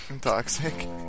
toxic